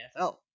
NFL